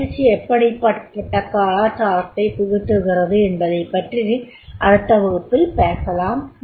பயிற்சி எப்படி இப்படிப்பட்ட கலாச்சாரத்தை புகட்டுகிறது என்பதைப் பற்றி அடுத்த வகுப்பில் பேசலாம்